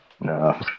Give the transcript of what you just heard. No